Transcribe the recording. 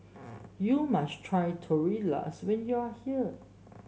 you must try Tortillas when you are here